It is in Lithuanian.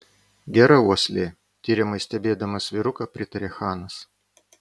gera uoslė tiriamai stebėdamas vyruką pritarė chanas